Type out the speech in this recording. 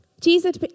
Jesus